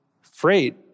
freight